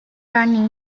run